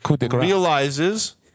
realizes